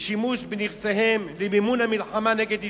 ושימוש בנכסיהם למימון המלחמה נגד ישראל.